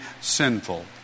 sinful